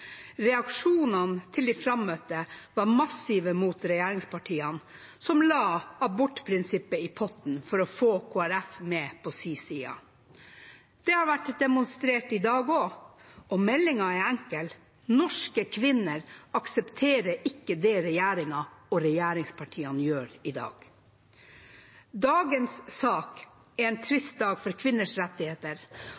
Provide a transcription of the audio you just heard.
Reaksjonene til de frammøtte var massive mot regjeringspartiene, som la abortprinsippet i potten for å få Kristelig Folkeparti med på sin side. Det har vært demonstrert i dag også, og meldingen er enkel: Norske kvinner aksepterer ikke det regjeringen og regjeringspartiene gjør i dag. Dagens sak er en